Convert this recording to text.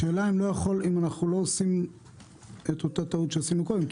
השאלה היא אם אנחנו לא עושים את אותה טעות שעשינו קודם.